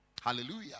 Hallelujah